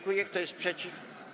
Kto jest przeciw?